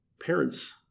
Parents